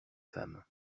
femme